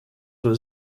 were